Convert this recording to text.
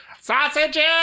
Sausages